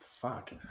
fuck